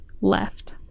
left